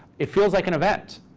it feels like an event.